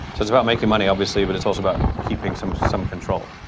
so it's about making money, obviously, but it's also about keeping some some control.